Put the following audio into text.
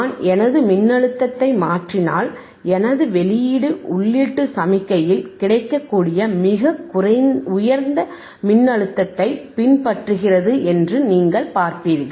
நான் எனது மின்னழுத்தத்தை மாற்றினால் எனது வெளியீடு உள்ளீட்டு சமிக்ஞையில் கிடைக்கக்கூடிய மிக உயர்ந்த மின்னழுத்தத்தைப் பின்பற்றுகிறது என்று நீங்கள் பார்க்கிறீர்கள்